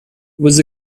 was